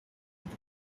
with